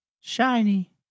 Shiny